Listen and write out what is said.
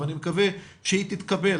ואני מקווה שהיא תתקבל,